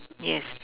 yes